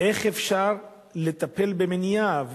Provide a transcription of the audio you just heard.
איך אפשר לטפל במניעה.